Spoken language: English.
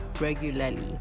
regularly